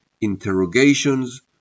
interrogations